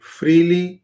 freely